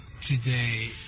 today